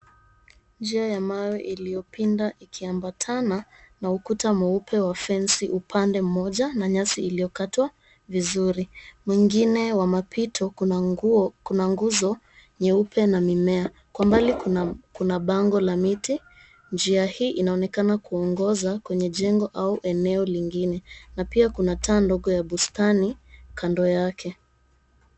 Njia ya mawe iliyopinda ikiambatana na ukuta mweupe wa fensi upande mmoja, na nyasi iliyokatwa vizuri. Mwingine wa mapito kuna nguo kuna nguzo nyeupe na mimea, kwa mbali kuna kuna bango la miti. Njia hii inaonekana kuongoza kwenye jengo au eneo lingine, na pia kuna taa ndogo ya bustani kando yake.